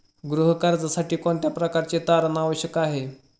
गृह कर्जासाठी कोणत्या प्रकारचे तारण आवश्यक आहे?